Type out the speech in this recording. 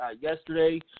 Yesterday